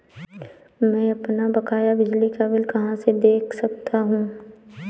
मैं अपना बकाया बिजली का बिल कहाँ से देख सकता हूँ?